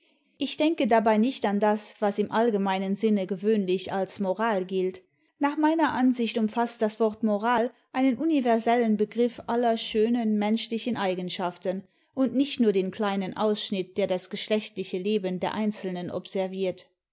ich denke dabei nicht an das was im allgemeinen sinne gewöhnlich als moral gilt nach meiner ansicht umfaßt das wort moral einen universellen begriff aller schönen menschlichen eigenschaften und nicht nur den kleinen ausschnitt der das geschlechtliche leben der einzelnen observiert